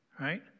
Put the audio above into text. right